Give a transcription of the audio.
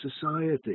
society